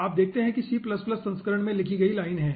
आप देखते हैं कि यह C संस्करण में लिखी गई लाइन है